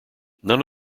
none